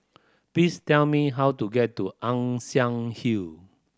please tell me how to get to Ann Siang Hill